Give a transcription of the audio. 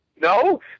No